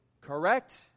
Correct